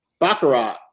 Baccarat